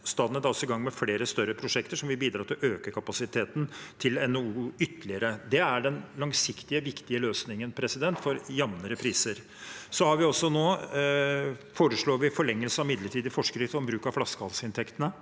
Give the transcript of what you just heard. Statnett er også i gang med flere større prosjekter som vil bidra til å øke kapasiteten til NO2 ytterligere. Det er den langsiktige, viktige løsningen for jevnere priser. Vi foreslår forlengelse av midlertidig forskrift om bruk av flaskehalsinntektene,